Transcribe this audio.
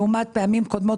לעומת פעמים קודמות,